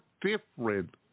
different